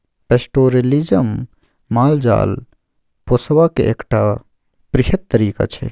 pastoralism माल जाल पोसबाक एकटा बृहत तरीका छै